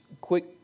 quick